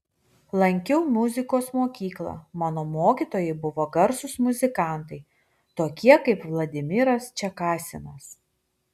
lankiau muzikos mokyklą mano mokytojai buvo garsūs muzikantai tokie kaip vladimiras čekasinas